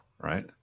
right